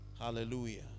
Hallelujah